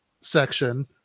section